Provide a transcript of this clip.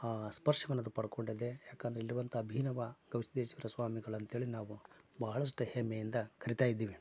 ಆ ಸ್ಪರ್ಶವನ್ನ ಅದು ಪಡ್ಕೊಂಡಿದೆ ಯಾಕಂದರೆ ಇಲ್ಲಿರುವಂಥ ಅಭಿನವ ಗವಿಸಿದ್ಧೇಶ್ವರ ಸ್ವಾಮಿಗಳು ಅಂತೇಳಿ ನಾವು ಬಹಳಷ್ಟು ಹೆಮ್ಮೆಯಿಂದ ಕರಿತಾಯಿದ್ದೀವಿ